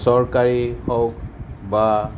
চৰকাৰী হওঁক বা